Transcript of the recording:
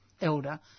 elder